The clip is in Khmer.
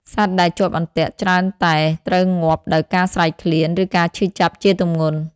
សត្វដែលជាប់អន្ទាក់ច្រើនតែត្រូវងាប់ដោយការស្រេកឃ្លាន ឬការឈឺចាប់ជាទម្ងន់។